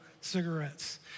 cigarettes